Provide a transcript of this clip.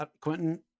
Quentin